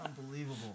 Unbelievable